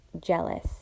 jealous